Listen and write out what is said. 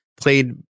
played